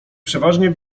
przeważnie